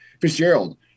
Fitzgerald